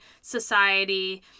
society